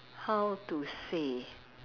how to say